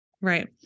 right